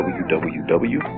www